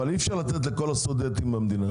אבל אי אפשר לתת לכל הסטודנטים במדינה.